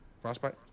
Frostbite